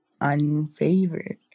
unfavored